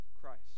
Christ